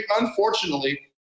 unfortunately